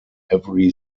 every